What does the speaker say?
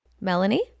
Melanie